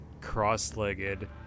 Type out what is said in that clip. cross-legged